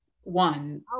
one